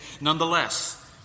nonetheless